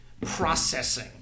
processing